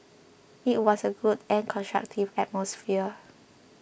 it was a good and constructive atmosphere